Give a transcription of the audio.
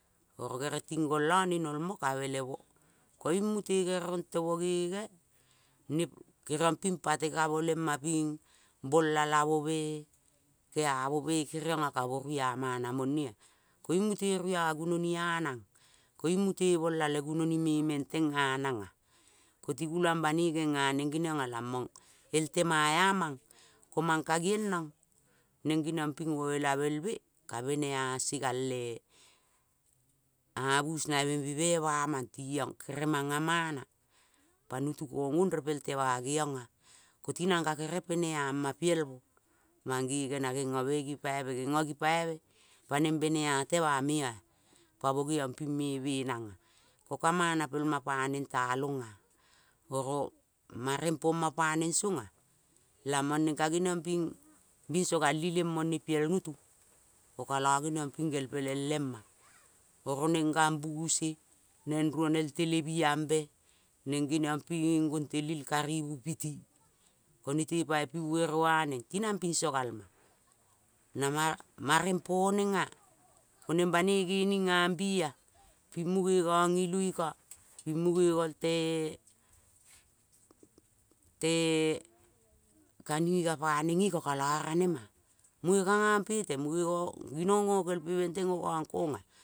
Oro kare ting gol lo nenolmo kavelemo koing mute kere rong temogene ne kenongping pate kamo lema ping balalamome keamome keriong ea kamo mia mana monea koing mute mia gunoniea nang. Koing mute rola le gunoni me metengea nangea. Koti gulang banoi gena neng lamong el tema ea mang, komang kangienong neng ngeniong ping ngoelabelme, ka benease gale abus nabe mbe meba mang tiong kere manga mana. Pa nutu kong ong repel tama geiongea, tinang kagerel peneama pielmo mangege nangego megi poibe. Ngeno, ngipoibe benea tema meoea pamo geiong ping memenagea ko ka manapelma paneng talongea oro mareng poma paneng songea lamong neng ka geniongping bisogal ileng more piel nutu. Ko kalo ngeniongping ngengpeleng lema, ero neng gambuse ronuel telembiambe, neng geniongping goltelil kanvu piti. Ko poi buereau neng iti nang pingso gal be. Na marmareng ponegea, koneng banoi ganigea mbiea ping mung ngong iluiko, ping munge ngongtee tee kaninga paneng iko kalo ranema. Munge ka ngong pete munge ngo ginong ngo kel pe meteng ong gongkongea.